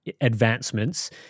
advancements